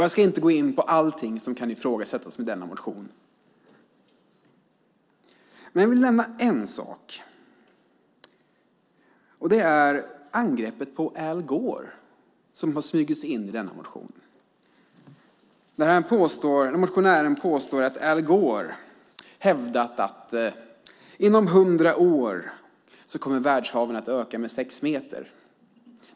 Jag ska inte gå in på allt som kan ifrågasättas i denna motion, men jag vill nämna ytterligare en sak, och det är angreppet på Al Gore, som smugit sig in i motionen. Motionären påstår att Al Gore hävdat att inom hundra år kommer världshaven att höjas med sex meter.